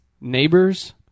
Neighbors